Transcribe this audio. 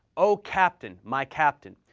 o captain! my captain!